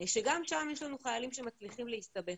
שגם שם יש לנו חיילים שמצליחים להסתבך.